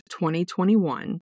2021